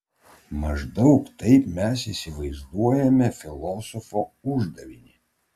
maždaug taip mes įsivaizduojame filosofo uždavinį